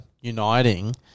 uniting